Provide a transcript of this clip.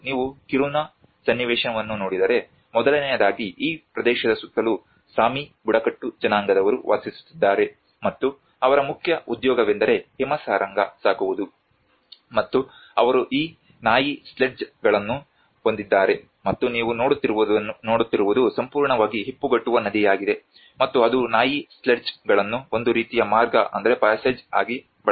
ನೀವು ಕಿರುನಾ ಸನ್ನಿವೇಶವನ್ನು ನೋಡಿದರೆ ಮೊದಲನೆಯದಾಗಿ ಈ ಪ್ರದೇಶದ ಸುತ್ತಲೂ ಸಾಮಿ ಬುಡಕಟ್ಟು ಜನಾಂಗದವರು ವಾಸಿಸುತ್ತಿದ್ದಾರೆ ಮತ್ತು ಅವರ ಮುಖ್ಯ ಉದ್ಯೋಗವೆಂದರೆ ಹಿಮಸಾರಂಗ ಸಾಕುವುದು ಮತ್ತು ಅವರು ಈ ನಾಯಿ ಸ್ಲೆಡ್ಜ್ಗಳನ್ನು ಹೊಂದಿದ್ದಾರೆ ಮತ್ತು ನೀವು ನೋಡುತ್ತಿರುವುದು ಸಂಪೂರ್ಣವಾಗಿ ಹೆಪ್ಪುಗಟ್ಟುವ ನದಿಯಾಗಿದೆ ಮತ್ತು ಅದು ನಾಯಿ ಸ್ಲೆಡ್ಜ್ಗಳನ್ನು ಒಂದು ರೀತಿಯ ಮಾರ್ಗ ಆಗಿ ಬಳಸಲಾಗುತ್ತದೆ